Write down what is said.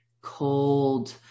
cold